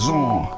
on